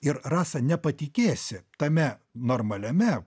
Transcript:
ir rasa nepatikėsi tame normaliame